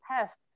test